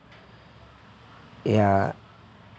yeah